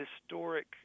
historic